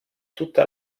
tutta